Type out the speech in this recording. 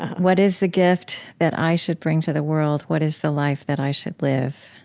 what is the gift that i should bring to the world? what is the life that i should live?